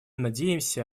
надеемся